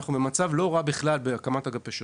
אנחנו במצב לא רע בכלל בהקמת אגפי שירות.